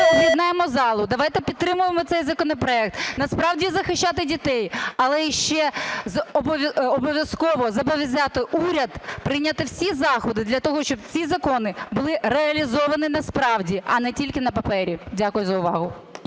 об'єднаємо залу, давайте підтримаємо цей законопроект, насправді захищати дітей, але і ще обов'язково зобов'язати уряд прийняти всі заходи для того, щоб ці закони були реалізовані насправді, а не тільки на папері. Дякую за увагу.